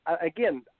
Again